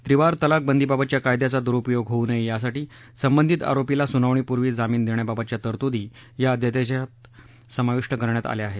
त्रिवार तलाक बंदीबाबतच्या कायद्याचा दुरुपयोग होऊ नये यासाठी संबंधित आरोपीला सुनावणीपूर्वी जामीन देण्याबाबतच्या तरतुदी या अध्यादेशात समाविष्ट करण्यात आल्या आहेत